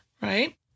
right